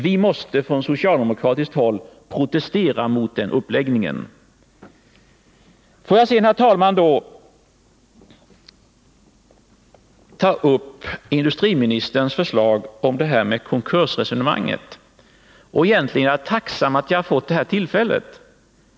Vi måste från socialdemokratiskt håll protestera mot den uppläggningen. Får jag sedan, herr talman, ta upp industriministerns resonemang om konkursfrågan. Jag är tacksam för att jag har fått detta tillfälle.